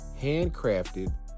handcrafted